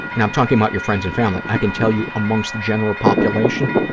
and i'm talking about your friends and family. i can tell you, amongst the general population,